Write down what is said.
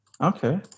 Okay